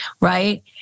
right